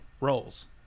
roles